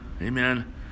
Amen